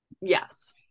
Yes